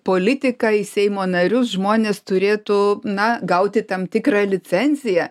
politiką į seimo narius žmonės turėtų na gauti tam tikrą licenciją